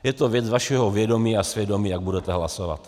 Je to věc vašeho vědomí a svědomí, jak budete hlasovat.